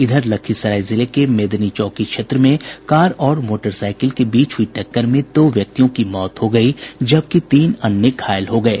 इधर लखीसराय जिले के मेदनी चौकी थाना क्षेत्र में कार और मोटरसाइकिल के बीच हुई टक्कर में दो व्यक्तियों की मौत हो गयी जबकि तीन अन्य घायल हो गये